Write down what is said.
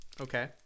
Okay